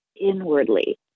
inwardly